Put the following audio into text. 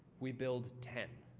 we build ten,